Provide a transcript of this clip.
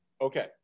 okay